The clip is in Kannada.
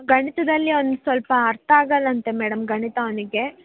ಗಣಿತದಲ್ಲಿ ಅವ್ನಿಗೆ ಸ್ವಲ್ಪ ಅರ್ಥ ಆಗಲ್ವಂತೆ ಮೇಡಮ್ ಗಣಿತ ಅವನಿಗೆ